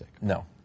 No